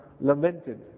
lamented